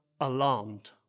alarmed